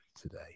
today